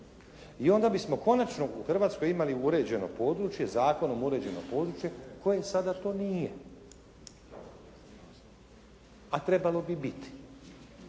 i onda bismo konačno u Hrvatskoj imali uređeno područje, zakonom uređeno područje koje sada to nije a trebalo bi biti.